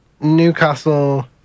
Newcastle